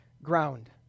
ground